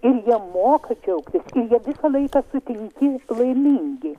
ir jie moka džiaugtis ir jie visą laiką sutinki laimingi